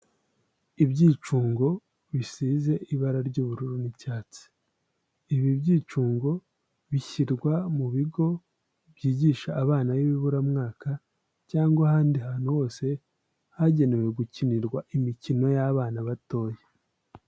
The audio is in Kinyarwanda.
Ibyicungo bisize ibara ry'ubururu n'icyatsi, ibi byicungo bishyirwa mu bigo byigisha abana bibiburamwaka cyangwa ahandi hantu hose hagenewe gukinirwa imikino y'abana batoya.